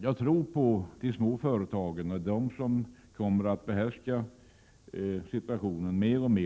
Jag tror på de små företagen. Det är de som kommer att behärska situationen mer och mer.